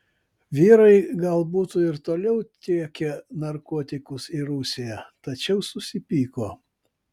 vyrai gal būtų ir toliau tiekę narkotikus į rusiją tačiau susipyko